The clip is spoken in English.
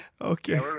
okay